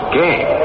game